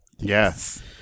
Yes